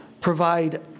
provide